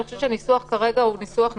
אני חושבת שהניסוח כרגע הוא ניסוח נכון.